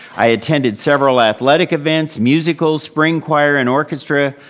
i attended several athletic events, musical, spring choir and orchestra,